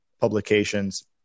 publications